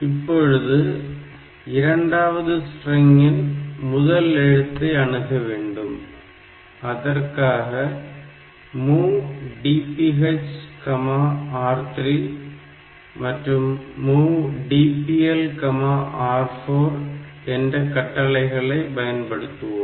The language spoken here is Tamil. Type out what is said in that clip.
இப்பொழுது இரண்டாவது ஸ்ட்ரிங்கின் முதல் எழுத்தை அணுக வேண்டும் அதற்காக MOV DPHR3 மற்றும் MOV DPLR4 என்ற கட்டளைகளை பயன்படுத்துவோம்